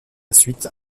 suite